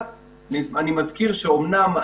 כרגע --- החלטת ממשלה שקבעה שאי-אפשר להכניס את